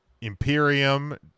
Imperium